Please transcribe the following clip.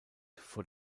vor